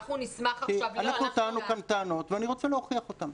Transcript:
אנחנו טענו כאן טענות ואני רוצה להוכיח אותן.